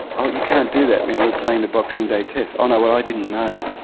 oh, you can't do that we're playing the boxing day test. oh no, well i didn't know.